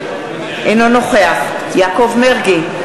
אינו נוכח יעקב מרגי,